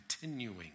continuing